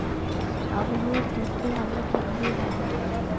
আবহাওয়ার তথ্য আমরা কিভাবে পাব?